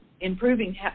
improving